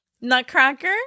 Nutcracker